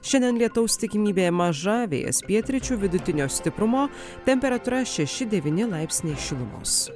šiandien lietaus tikimybė maža vėjas pietryčių vidutinio stiprumo temperatūra šeši devyni laipsniai šilumos